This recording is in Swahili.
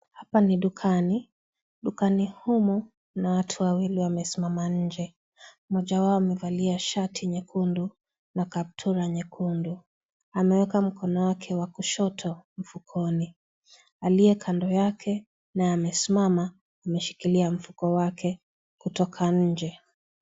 Hapa ni dukani, dukani humu mna watu wawili wamesimama nje, mmoja wao amevalia shati nyekundu na kabutura nyekundu anaweka mkono wake wa kushoto mfukoni aliyekando yake naye amesimama ameshikilia mfuko wake kutoka nje.